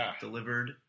delivered